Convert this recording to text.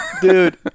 Dude